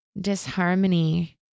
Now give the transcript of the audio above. disharmony